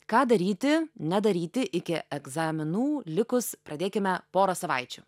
ką daryti nedaryti iki egzaminų likus pradėkime pora savaičių